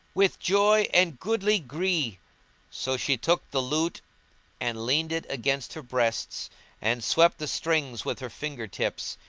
with joy and goodly gree so she took the lute and leaned it against her breasts and swept the strings with her finger tips,